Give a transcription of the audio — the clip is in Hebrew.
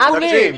איכונים.